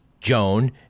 Joan